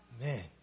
Man